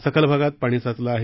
सखल भागात पाणी साचलं आहे